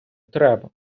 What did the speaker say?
треба